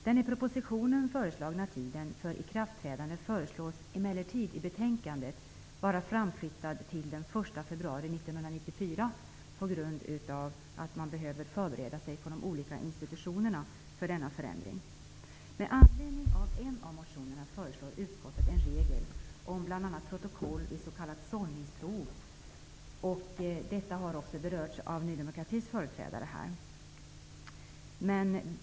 Den i propositionen föreslagna tiden för ikraftträdande föreslås emellertid i betänkandet att flyttas fram till den 1 februari 1994, på grund av att man på de olika institutionerna behöver förbereda sig för denna förändring. Med anledning av en av motionerna föreslår utskottet en regel om bl.a. protokoll vid s.k. sållningsprov. Detta har också berörts av Ny demokratis företrädare.